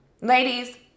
ladies